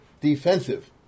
defensive